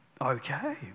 Okay